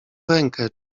rękę